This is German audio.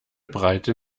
breite